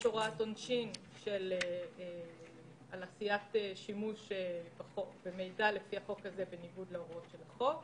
יש הוראת עונשין על עשיית שימוש במידע בניגוד להוראות של החוק.